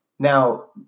Now